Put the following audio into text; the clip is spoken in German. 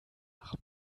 nach